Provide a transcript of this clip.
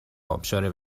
ابشار